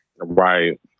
Right